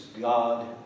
God